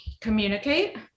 communicate